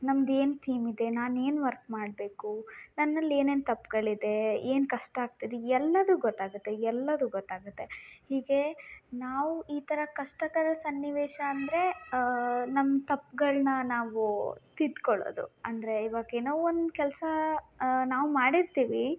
ನಮ್ದು ಏನು ಥೀಮ್ ಇದೆ ನಾನು ಏನು ವರ್ಕ್ ಮಾಡಬೇಕು ನನ್ನಲ್ಲಿ ಏನೇನು ತಪ್ಪುಗಳಿದೆ ಏನು ಕಷ್ಟ ಆಗ್ತಿದೆ ಎಲ್ಲದು ಗೊತ್ತಾಗುತ್ತೆ ಎಲ್ಲದು ಗೊತ್ತಾಗುತ್ತೆ ಹೀಗೆ ನಾವು ಈ ಥರ ಕಷ್ಟಕರ ಸನ್ನಿವೇಶ ಅಂದರೆ ನಮ್ಮ ತಪ್ಗಳನ್ನ ನಾವು ತಿದ್ಕೊಳ್ಳೋದು ಅಂದರೆ ಇವಾಗೇನೋ ಒಂದು ಕೆಲಸ ನಾವು ಮಾಡಿರ್ತೀವಿ